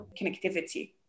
connectivity